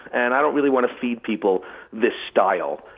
and i don't really want to feed people this style.